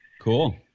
cool